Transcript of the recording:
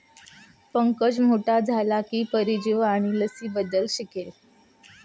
पंकज मोठा झाला की परजीवी आणि लसींबद्दल शिकेल